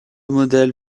modèle